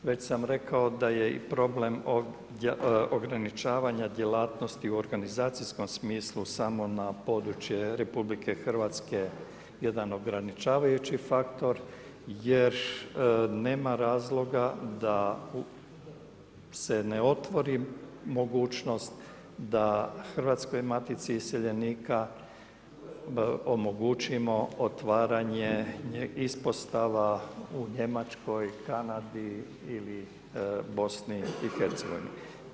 Već sam rekao i da je problem ograničavanja djelatnosti u organizacijskom smislu samo na područje RH jedan ograničavajući faktor jer nema razloga da se ne otvori mogućnost da Hrvatskoj matici iseljenika omogućimo otvaranje ispostava u Njemačkoj, Kanadi ili BiH-u.